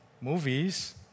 movies